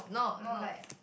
no like